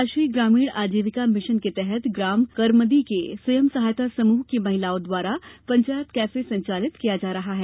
राष्ट्रीय ग्रामीण आजीविका मिशन के तहत ग्राम करमदी के स्वयं सहायता समूह की महिलाओं द्वारा पंचायत कैफे संचालित किया जा रहा है